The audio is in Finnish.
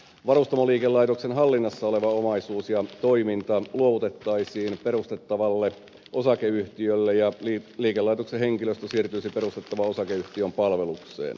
varustamoliikelaitoksen hallinnassa oleva omaisuus ja toiminta luovutettaisiin perustettavalle osakeyhtiölle ja liikelaitoksen henkilöstö siirtyisi perustettavan osakeyhtiön palvelukseen